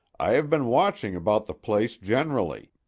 i have been watching about the place generally.